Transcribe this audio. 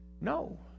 no